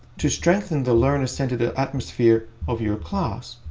to strengthen the learner-centered ah atmosphere of your class,